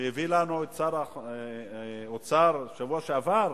שהביא לנו שר האוצר בשבוע שעבר,